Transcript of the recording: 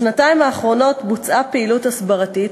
בשנתיים האחרונות בוצעה פעילות הסברתית,